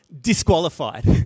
disqualified